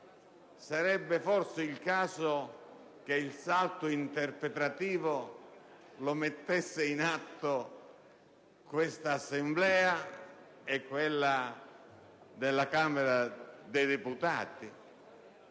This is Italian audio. sarebbe forse il caso che il salto interpretativo lo mettesse in atto questa Assemblea e quella della Camera dei deputati.